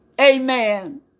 Amen